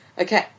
Okay